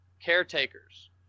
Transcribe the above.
caretakers